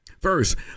First